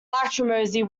lachrymosity